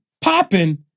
popping